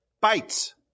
bites